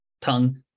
tongue